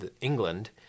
England